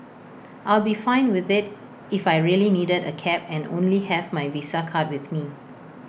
I'll be fine with IT if I really needed A cab and only have my visa card with me